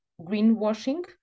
greenwashing